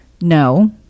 No